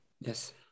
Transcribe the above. Yes